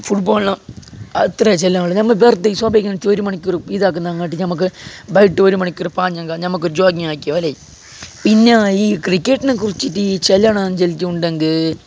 ഫുട്ബോളിന് അത്രയും ചിലവുള്ളു നമ്മൾ വെറുതെ ഒരുമണിക്കൂറ് ഇതാകുന്നതിനെ കാട്ടിൽ നമുക്ക് വൈകിട്ട് ഒരുമണിക്കൂർ പാഞ്ഞങ്ങു നമുക്ക് ജോഗ്ഗിങ് ആക്കിയാലായി പിന്നെ ഈ ക്രിക്കറ്റിനെ കുറിച്ചിട്ട് ചെല്ലണമെന്ന് ചൊല്ലിയിട്ടുണ്ടെങ്കിൽ